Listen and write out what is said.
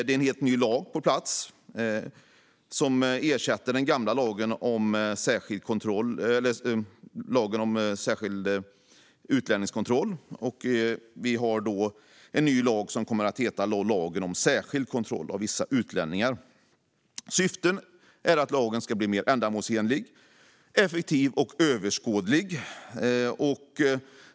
En helt ny lag kommer på plats, som ersätter den gamla lagen om särskild utlänningskontroll. Den nya lagen kommer att heta lagen om särskild kontroll av vissa utlänningar. Syftet är att lagen ska bli mer ändamålsenlig, effektiv och överskådlig.